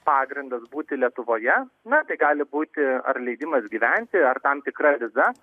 pagrindas būti lietuvoje na tai gali būti ar leidimas gyventi ar tam tikra viza